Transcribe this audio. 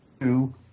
two